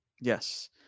Yes